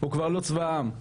זה כבר לא צבא העם.